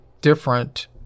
different